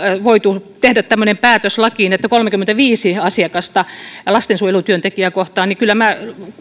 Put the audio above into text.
voitu tehdä tämmöinen päätös lakiin että on kolmekymmentäviisi asiakasta lastensuojelutyöntekijää kohtaan niin kyllä minä